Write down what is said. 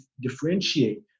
differentiate